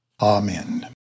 Amen